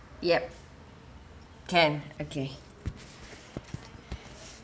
yup can okay